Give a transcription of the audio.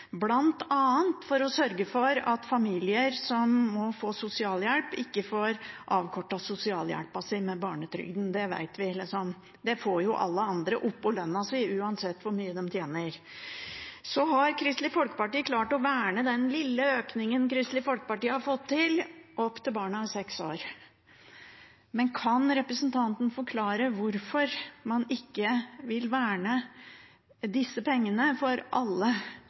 for å sørge for at familier som må få sosialhjelp, ikke får avkortet sosialhjelpen sin med barnetrygden. Den vet vi jo at alle andre får oppå lønna si, uansett hvor mye de tjener. Kristelig Folkeparti har klart å verne den lille økningen partiet har fått til, fram til barna er seks år. Men kan representanten forklare hvorfor man ikke vil verne disse pengene for alle